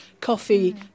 coffee